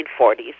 1940s